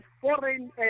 foreign